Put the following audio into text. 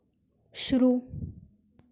शुरू